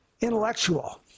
intellectual